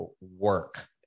work